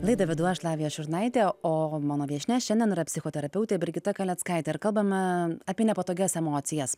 laidą vedu aš lavija šurnaitė o mano viešnia šiandien yra psichoterapeutė brigita kaleckaitė ar kalbame apie nepatogias emocijas